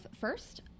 first